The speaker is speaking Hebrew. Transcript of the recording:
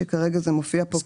שכרגע זה מופיע כארבע או חמש.